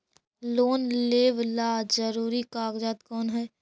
Loan लेब ला जरूरी कागजात कोन है?